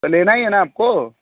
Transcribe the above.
तो लेना ही है ना आपको